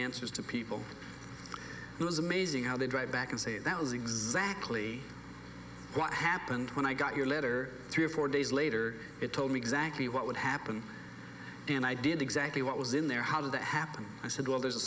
answers to people it was amazing how they drive back and say that was exactly what happened when i got your letter three or four days later it told me exactly what would happen and i did exactly what was in there how did that happen i said well there's a